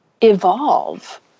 evolve